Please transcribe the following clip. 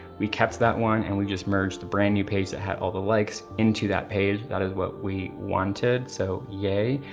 we kept that one and we just merged the brand new page that had all the likes into that page. that is what we wanted so, yay.